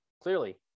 clearly